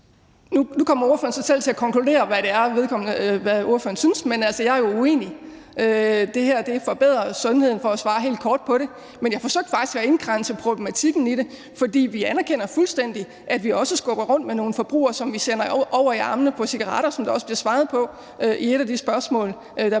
Nu kommer ordføreren så selv til at konkludere, hvad det er, ordføreren synes, men jeg er uenig. Det her forbedrer sundheden for at svare helt kort på det, men jeg forsøgte faktisk at indkredse problematikken i det, fordi vi anerkender fuldstændig, at vi også skubber rundt med nogle forbrugere, som vi sender i armene på cigaretrygning, som det også blev svaret på i et af de spørgsmål, der bliver